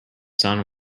son